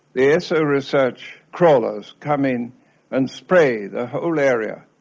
the esso research crawlers come in and spray the whole area.